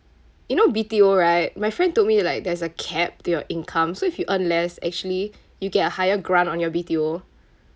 you know B_T_O right my friend told me like there's a cap to your income so if you earn less actually you get a higher grant on your B_T_O